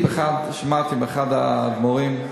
שמעתי מאחד האדמו"רים,